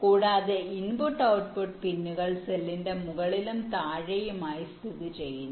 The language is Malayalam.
കൂടാതെ ഇൻപുട്ട് ഔട്ട്പുട്ട് പിന്നുകൾ സെല്ലിന്റെ മുകളിലും താഴെയുമായി സ്ഥിതിചെയ്യുന്നു